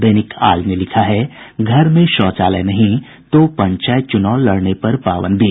दैनिक आज ने लिखा है घर में शौचालय नहीं तो पंचायत चुनाव लड़ने पर पाबंदी